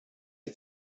que